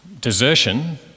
desertion